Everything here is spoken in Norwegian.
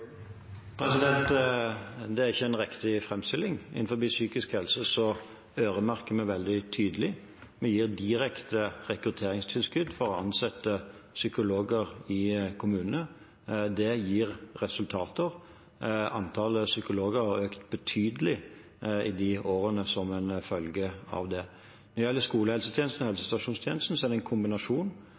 Det er ikke en riktig framstilling. Innenfor psykisk helse øremerker vi veldig tydelig. Vi gir direkte rekrutteringstilskudd for å ansette psykologer i kommunene. Det gir resultater. Antallet psykologer har økt betydelig i de årene som en følge av det. Når det gjelder skolehelsetjenesten og helsestasjonstjenesten, er det en kombinasjon